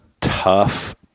tough